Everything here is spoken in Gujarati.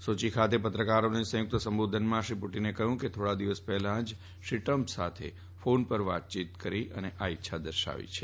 સોચી ખાતે પત્રકારોને સંયુકત સંબોધનમાં શ્રી પુટીને કહયું કે થોડા દિવસ પહેલા જ શ્રી ટ્રમ્પ સાથે ફોન પર વાતચીતમાં આ ઈચ્છા દર્શાવી હતી